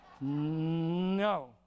No